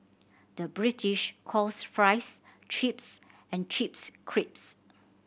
the British calls fries chips and chips crisps